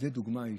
זה דוגמה אישית.